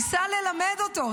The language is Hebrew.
ניסה ללמד אותו.